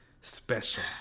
special